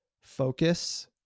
focus